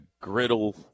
griddle